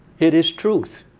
it is truth.